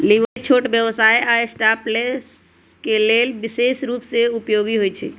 leverage छोट व्यवसाय आऽ स्टार्टअप्स के लेल विशेष रूप से उपयोगी होइ छइ